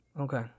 Okay